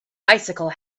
bicycle